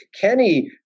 Kenny